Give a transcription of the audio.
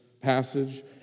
passage